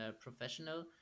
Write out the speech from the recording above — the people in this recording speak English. professional